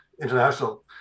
international